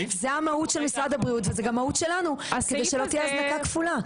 זאת המהות של משרד הבריאות וזאת גם מהות שלנו כדי שלא תהיה הזנקה כפולה.